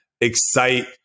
excite